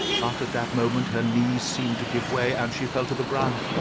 but at that moment her knees seemed to give way and she fell to the ground.